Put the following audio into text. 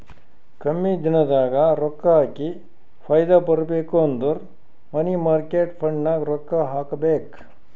ಕಮ್ಮಿ ದಿನದಾಗ ರೊಕ್ಕಾ ಹಾಕಿ ಫೈದಾ ಬರ್ಬೇಕು ಅಂದುರ್ ಮನಿ ಮಾರ್ಕೇಟ್ ಫಂಡ್ನಾಗ್ ರೊಕ್ಕಾ ಹಾಕಬೇಕ್